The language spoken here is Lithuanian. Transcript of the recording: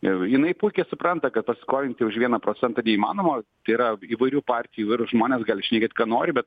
ir jinai puikiai supranta kad paskolinti už vieną procentą neįmanoma tai yra įvairių partijų ir žmonės gali šnekėt ką nori bet